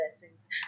blessings